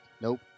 nope